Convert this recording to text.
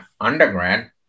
undergrad